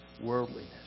worldliness